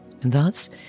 Thus